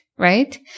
Right